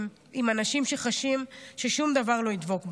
עם אנשים שחשים ששום דבר לא ידבק בהם,